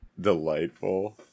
Delightful